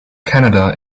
canada